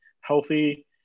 healthy